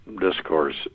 discourse